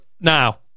now